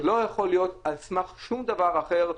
זה לא יכול להיות על סמך שום דבר אחר,